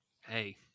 Hey